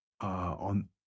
on